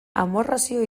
amorrazio